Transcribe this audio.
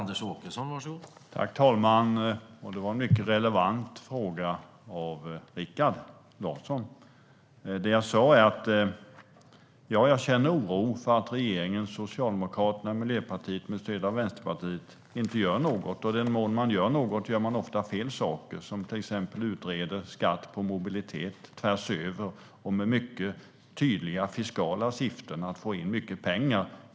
Herr talman! Det var en mycket relevant fråga från Rikard Larsson. Det jag sa var att jag känner oro för att regeringen med Socialdemokraterna och Miljöpartiet och med stöd av Vänsterpartiet inte gör något, och i den mån man gör något gör man ofta fel saker. Det gäller till exempel att man utreder skatt på mobilitet tvärsöver med mycket tydliga fiskala syften att få in mycket pengar.